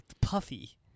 puffy